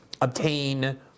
obtain